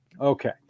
Okay